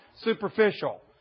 superficial